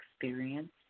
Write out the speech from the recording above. experience